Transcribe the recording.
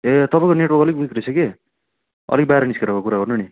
ए तपाईँको network अलिक विकरहेको छ कि अलिक बाहिर निस्केर अब कुरा गर्नु नि